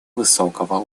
высокого